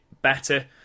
better